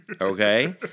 okay